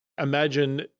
imagine